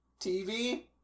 TV